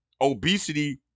obesity